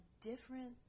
different